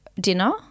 dinner